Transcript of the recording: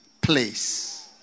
place